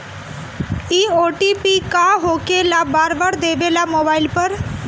इ ओ.टी.पी का होकेला बार बार देवेला मोबाइल पर?